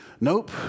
Nope